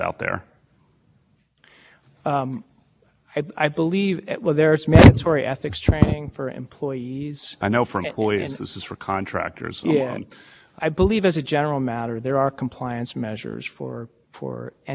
law this probably outside your belly work and more justice department issue but is not knowing the law do you think a defense to the felony charge if you don't know the law as a contractor you've been a former federal employee and you cut one hundred dollars check to your local member of